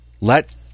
Let